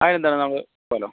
അതിന് എന്താണ് നമ്മൾ പോകാമല്ലോ